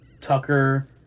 Tucker